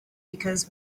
because